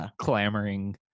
clamoring